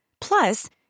Plus